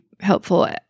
helpful